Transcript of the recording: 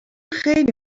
خیلی